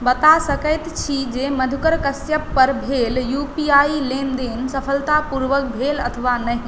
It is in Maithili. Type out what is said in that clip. बता सकैत छी जे मधुकर कश्यपपर भेल यू पी आइ लेनदेन सफलतापूर्वक भेल अथवा नहि